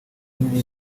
nini